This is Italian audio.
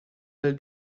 del